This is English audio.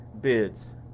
bids